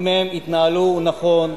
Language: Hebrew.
אם הם התנהלו נכון,